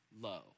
low